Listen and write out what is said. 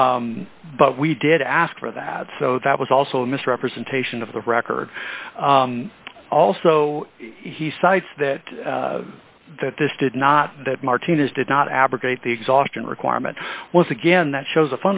but we did ask for that so that was also a misrepresentation of the record also he cites that that this did not that martinez do not abrogate the exhaustion requirement once again that shows a